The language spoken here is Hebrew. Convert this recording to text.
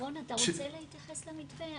שרון, אתה רוצה להתייחס למתווה?